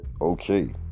okay